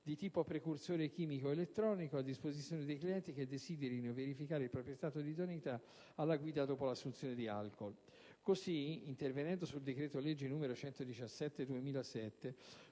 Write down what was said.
di tipo precursore chimico o elettronico, a disposizione dei clienti che desiderino verificare il proprio stato di idoneità alla guida dopo l'assunzione di alcol. Così, intervenendo sul decreto-legge n. 117 del 2007,